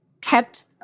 kept